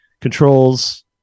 Controls